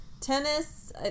Tennis